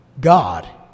God